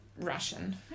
Russian